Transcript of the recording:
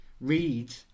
read